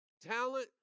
Talent